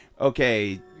Okay